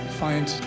find